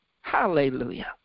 hallelujah